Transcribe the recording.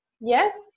Yes